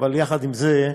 אבל יחד עם זה,